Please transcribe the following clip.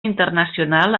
internacional